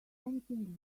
anything